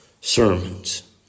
sermons